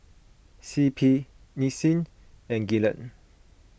C P Nissin and Gillette